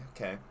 okay